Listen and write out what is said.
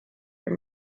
your